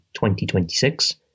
2026